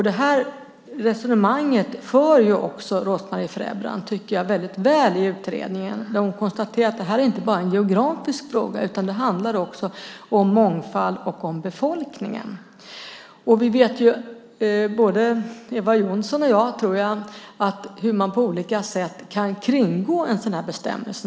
Det resonemanget för också Rose-Marie Frebran väldigt väl när hon i utredningen konstaterar att det inte bara är en geografisk fråga utan att den också handlar om mångfald och om befolkningen. Jag tror att både Eva Johnsson och jag vet hur man på olika sätt kan kringgå en sådan bestämmelse.